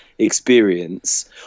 Experience